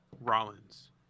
Rollins